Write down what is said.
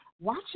watch